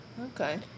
Okay